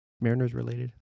Mariners-related